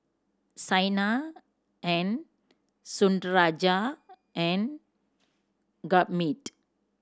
Saina and Sundaraiah and Gurmeet